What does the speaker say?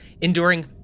enduring